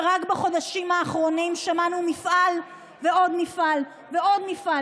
ורק בחודשים האחרונים שמענו על מפעל ועוד מפעל ועוד מפעל